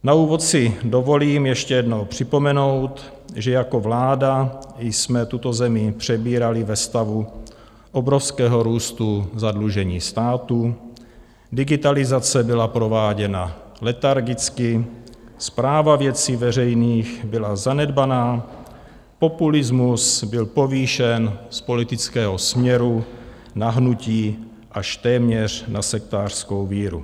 Na úvod si dovolím ještě jednou připomenout, že jako vláda jsme tuto zemi přebírali ve stavu obrovského růstu zadlužení státu, digitalizace byla prováděna letargicky, správa věcí veřejných byla zanedbaná, populismus byl povýšen z politického směru na hnutí až téměř na sektářskou víru.